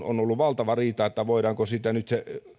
on ollut valtava riita että voidaanko nyt